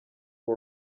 war